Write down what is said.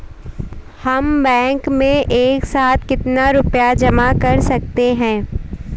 हम बैंक में एक साथ कितना रुपया जमा कर सकते हैं?